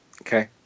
okay